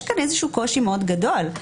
יש כאן איזשהו קושי מאוד גדול.